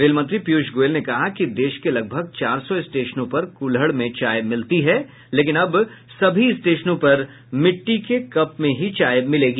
rail मंत्री पीयूष गोयल ने कहा कि देश के लगभग चार सौ स्टेशनों पर कुल्हड़ में चाय मिलती है लेकिन अब सभी स्टेशनों पर मिट्टी के कप में ही चाय मिलेगी